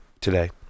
today